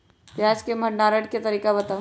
प्याज के भंडारण के तरीका बताऊ?